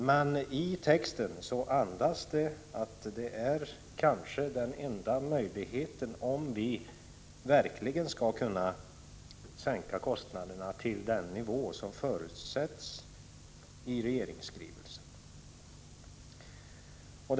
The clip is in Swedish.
Men i texten antyds det att det kanske är den enda möjligheten, om vi verkligen skall kunna sänka kostnaderna till den nivå som förutsätts i regeringsskrivelsen.